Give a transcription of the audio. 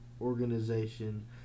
organization